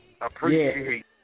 appreciate